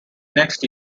next